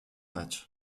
match